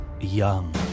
young